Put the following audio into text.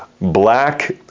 black